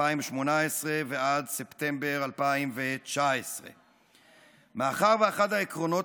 2018 ועד ספטמבר 2019. מאחר שאחד העקרונות